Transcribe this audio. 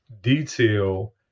detail